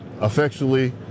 effectually